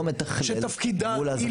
הוא המתכלל מול הזכיינים.